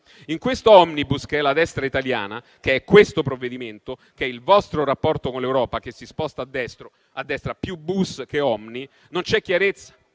In questo *omnibus* che è la destra italiana, che è questo provvedimento, che è il vostro rapporto con l'Europa che si sposta a destra, più "bus" che "omni", non c'è chiarezza,